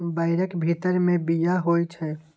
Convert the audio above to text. बैरक भीतर मे बीया होइ छै